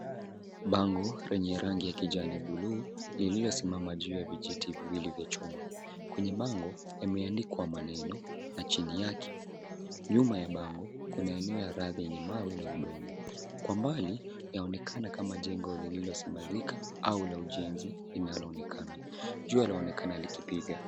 Bango lenye rangi ya kijani buluu lililosimama juu ya vijiti viwili vya chuma. Kwenye bango yameandikwa maneno na chini yake. Nyuma ya bango kuna eneo ya radhi yenye mawe na udongo. Kwa mbali yaonekana kama jengo lililosambazika au la ujenzi lililoonekana. Jua laonekana likipiga.